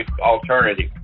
alternative